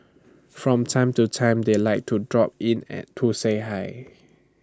from time to time they like to drop in and to say hi